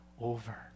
over